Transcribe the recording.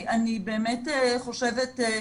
אני באמת חושבת,